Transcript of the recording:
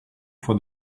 for